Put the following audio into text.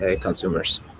consumers